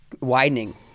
widening